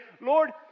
Lord